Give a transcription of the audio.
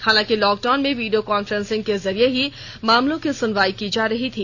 हालांकि लॉकडाउन में video conferencing के जरिए ही मामलों की सुनवाई की जा रही थी